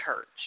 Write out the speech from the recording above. church